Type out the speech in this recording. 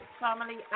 Family